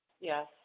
yes